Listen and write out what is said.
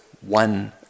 one